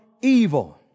evil